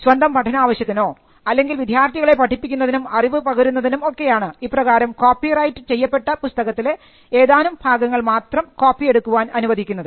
സ്വന്തം പഠനാവശ്യത്തിനോ അല്ലെങ്കിൽ വിദ്യാർത്ഥികളെ പഠിപ്പിക്കുന്നതിനും അറിവുപകരുന്നതിനും ഒക്കെയാണ് ഇപ്രകാരം കോപ്പിറൈറ്റ് ചെയ്യപ്പെട്ട പുസ്തകത്തിലെ ഏതാനും ഭാഗങ്ങൾ മാത്രം കോപ്പിയെടുക്കാൻ അനുവദിക്കുന്നത്